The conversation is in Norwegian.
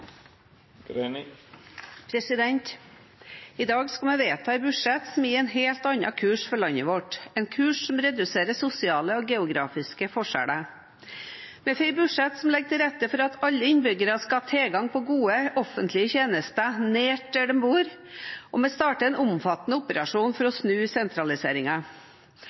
I dag skal vi vedta et budsjett som gir en helt annen kurs for landet vårt, en kurs som reduserer sosiale og geografiske forskjeller. Vi får et budsjett som legger til rette for at alle innbyggere skal ha tilgang på gode offentlige tjenester nært der de bor, og vi starter en omfattende operasjon for å snu